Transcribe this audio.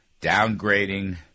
downgrading